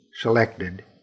selected